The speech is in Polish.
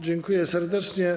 Dziękuję serdecznie.